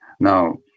Now